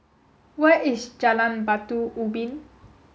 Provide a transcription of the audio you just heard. where is Jalan Batu Ubin